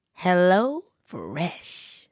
HelloFresh